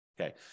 Okay